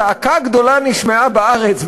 צעקה גדולה נשמעה בארץ,